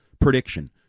prediction